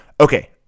Okay